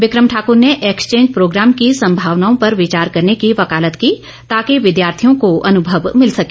बिक्रम ठाकर ने exchange programme की संभावनाओं पर विचार करने की वकालत की ताकि विद्यार्थियों को अनुभव मिल सके